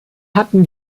hatten